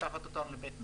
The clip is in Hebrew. לקחת אותם לבית משפט.